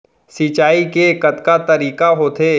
सिंचाई के कतका तरीक़ा होथे?